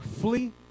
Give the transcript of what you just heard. flee